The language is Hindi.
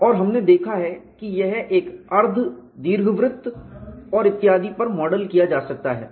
और हमने देखा है कि यह एक अर्ध दीर्घवृत्त और इत्यादि पर मॉडल किया जा सकता है